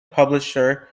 publisher